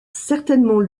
certainement